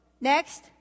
Next